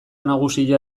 nagusia